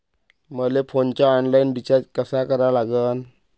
मले फोनचा online recharge कसा करा लागन?